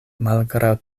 malgraŭ